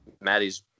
Maddie's